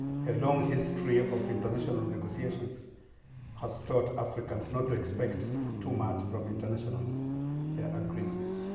and long history of international negotiations has taught africans not to expect too much from international agreements.